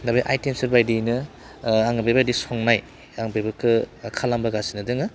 दा बे आइटेमसफोर बायदियैनो आं बे बायदि संनाय आं बेफोरखौ खालामबोगासिनो दङ